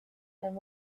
and